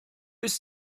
ist